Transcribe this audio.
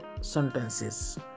sentences